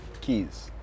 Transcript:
keys